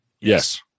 Yes